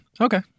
Okay